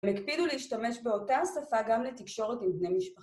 הם הקפידו להשתמש באותה השפה גם לתקשורת עם בני משפחה.